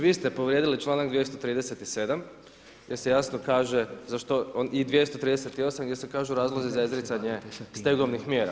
Vi ste povrijedili članak 237. jer se jasno kaže za što i 238. gdje se kažu razlozi za izricanje stegovnih mjera.